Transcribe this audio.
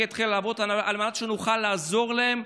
התחילה לעבוד על מנת שנוכל לעזור להם,